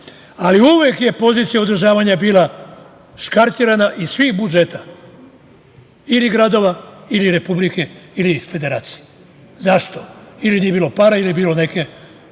ali uvek je pozicija održavanja bili škartirana iz svih budžeta ili gradova ili republike ili federacije. Zašto? Ili nije bilo para ili nije